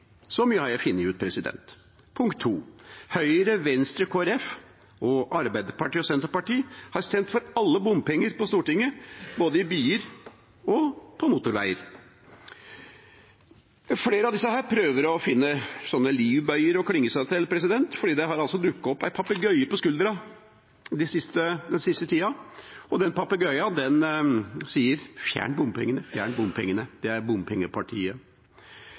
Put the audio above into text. Så mye har jeg funnet ut. Høyre, Venstre, Kristelig Folkeparti, Arbeiderpartiet og Senterpartiet har stemt for alle bompenger på Stortinget, både i byer og på motorveier. Flere av disse prøver å finne livbøyer å klenge seg til, for det har altså dukket opp en papegøye på skulderen deres den siste tida, og den sier: «Fjern bompengene, fjern bompengene!» Det er bompengepartiet.